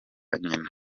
nyina